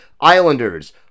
Islanders